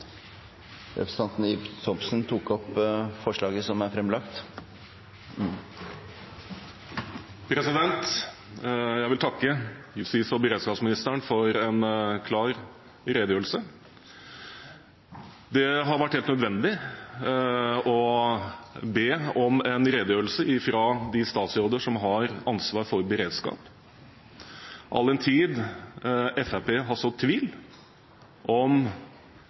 Representanten Ib Thomsen har tatt opp det forslaget han refererte til. Jeg vil takke justis- og beredskapsministeren for en klar redegjørelse. Det har vært helt nødvendig å be om en redegjørelse fra de statsråder som har ansvaret for beredskapen, all den tid Fremskrittspartiet har sådd tvil om